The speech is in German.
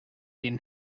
den